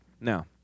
Now